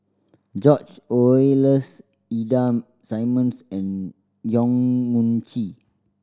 George Oehlers Ida Simmons and Yong Mun Chee